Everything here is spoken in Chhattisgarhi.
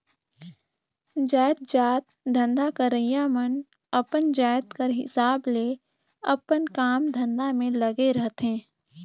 जाएतजात धंधा करइया मन अपन जाएत कर हिसाब ले अपन काम धंधा में लगे रहथें